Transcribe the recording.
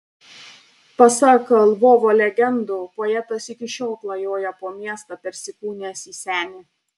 pasak lvovo legendų poetas iki šiol klajoja po miestą persikūnijęs į senį